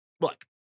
Look